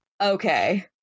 okay